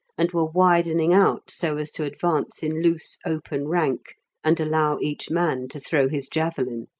and were widening out so as to advance in loose open rank and allow each man to throw his javelin.